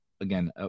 again